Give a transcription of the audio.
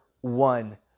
one